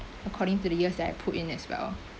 according to the years that I put in as well